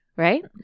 Right